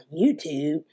YouTube